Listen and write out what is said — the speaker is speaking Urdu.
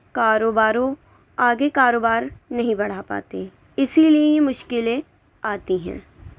کاروبارو آگے کاروبار نہیں بڑھا پاتے اسی لئے یہ مشکلیں آتی ہیں